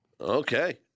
Okay